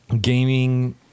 gaming